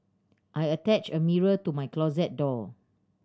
I attached a mirror to my closet door